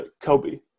Kobe